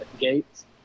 gates